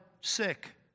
sick